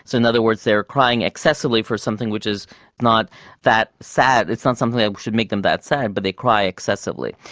so in other words, they are crying excessively for something which is not that sad, it's not something that should make them that sad but they cry excessively.